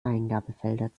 eingabefelder